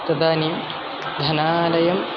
तदानीं धनालयं